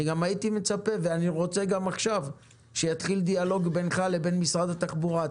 אני מצפה ואני רוצה גם עכשיו שיתחיל דיאלוג בינך לבין משרד התחבורה.